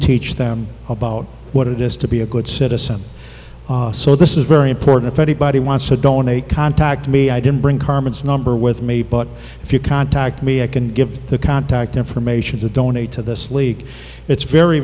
teach them about what it is to be a good citizen so this is very important if anybody wants to donate contact me i didn't bring carmen's number with me but if you contact me i can give the contact information to donate to this leak it's very